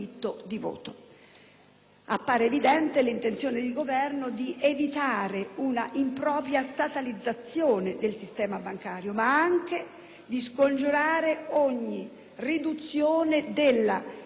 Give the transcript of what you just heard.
Appare evidente l'intenzione del Governo di evitare un'impropria "statalizzazione" del sistema bancario, ma anche di scongiurare ogni riduzione della disponibilità